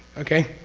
okay?